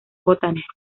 botánico